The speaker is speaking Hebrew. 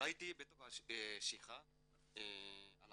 ראיתי בתוך השיחה על